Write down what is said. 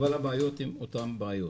אבל הבעיות הן אותן בעיות.